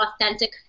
authentic